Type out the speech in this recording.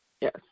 Yes